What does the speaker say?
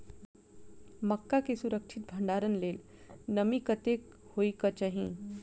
मक्का केँ सुरक्षित भण्डारण लेल नमी कतेक होइ कऽ चाहि?